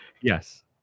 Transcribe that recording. Yes